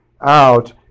out